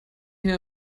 hier